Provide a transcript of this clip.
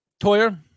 toyer